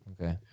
Okay